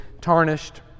tarnished